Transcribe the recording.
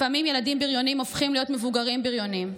לפעמים ילדים בריונים הופכים להיות מבוגרים בריונים,